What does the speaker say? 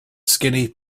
skinny